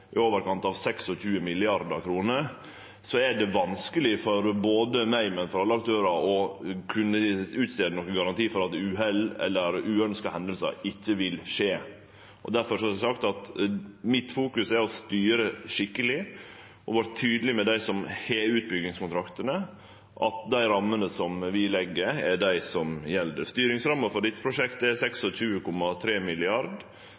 i overkant av 26 mrd. kr, er det vanskeleg for både meg og alle aktørar å kunne gje nokon garanti for at uhell eller uønskte hendingar ikkje vil skje. Difor har eg sagt at mitt fokus er å styre skikkeleg og vere tydeleg overfor dei som har utbyggingskontraktane, på at dei rammene som vi legg, er dei som gjeld. Styringsramma for dette prosjektet er